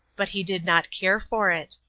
but he did not care for it.